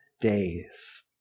days